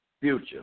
future